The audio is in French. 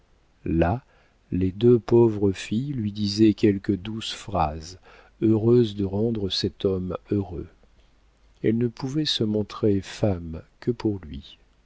là les deux pauvres filles lui disaient quelques douces phrases heureuses de rendre cet homme heureux elles ne pouvaient se montrer femmes que pour lui